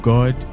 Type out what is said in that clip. God